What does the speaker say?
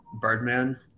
Birdman